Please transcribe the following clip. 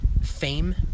fame